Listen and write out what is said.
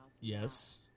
Yes